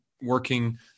working